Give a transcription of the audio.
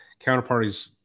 Counterparties